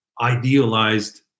idealized